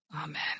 Amen